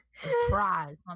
surprise